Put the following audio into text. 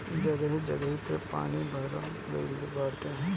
जगही जगही पे पानी भर गइल बाटे